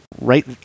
right